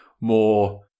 more